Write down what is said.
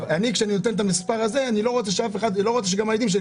כשאני נותן את המספר הזה אני לא רוצה שגם הילדים שלי